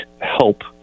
help